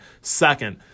second